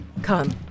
Come